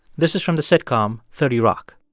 this is from the sitcom thirty rock.